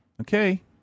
Okay